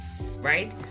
right